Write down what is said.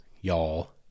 y'all